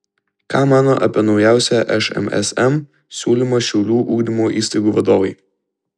ką mano apie naujausią šmsm siūlymą šiaulių ugdymo įstaigų vadovai